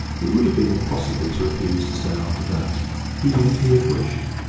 it would have been impossible to refuse to stay after that even if he had wished.